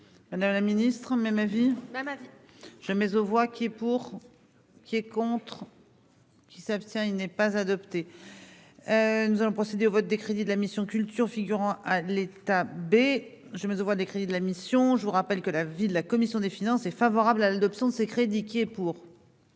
Madame la ministre, même ma vie ma ma vie. Jamais aux voix qui est pour, qui est contre. Qui s'abstient, il n'est pas adopté, nous allons procéder au vote des crédits de la mission Culture figurant à l'état B, je me vois des crédits de la mission, je vous rappelle que la vie de la commission des finances, est favorable à l'adoption de ces crédits pour. Qui est contre